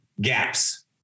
gaps